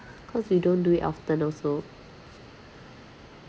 cause we don't do it often also